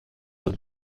und